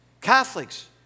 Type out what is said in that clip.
Catholics